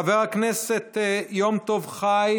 חבר הכנסת יום טוב חי